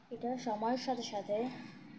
এটার সময়ের সাথে সাথে